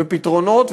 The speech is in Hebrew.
ופתרונות,